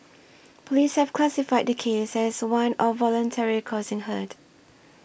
police have classified the case as one of voluntarily causing hurt